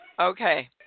Okay